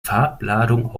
farbladung